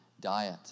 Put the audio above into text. diet